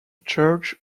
church